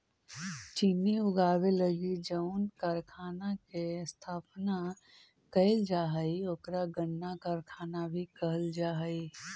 चीनी बनावे लगी जउन कारखाना के स्थापना कैल जा हइ ओकरा गन्ना कारखाना भी कहल जा हइ